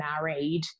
married